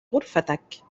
غرفتك